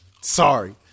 Sorry